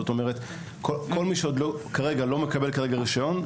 כל מי שכרגע לא מקבל רישיון,